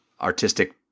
artistic